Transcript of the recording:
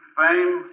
fame